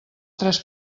tres